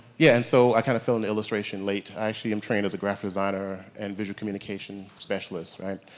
yeah and so i kind of found the illustration late. i actually um trained as a graphic designer and visual communication specialist right.